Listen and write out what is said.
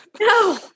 No